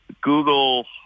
Google